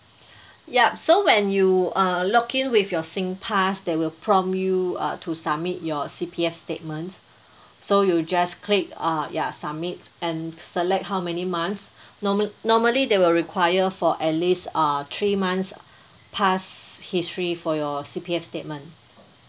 ya so when you err log in with your singpass they will prompt you uh to submit your C_P_F statements so you just click uh ya submit and select how many months normal~ normally they will require for at least err three months past history for your C_P_F statement